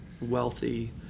wealthy